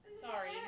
sorry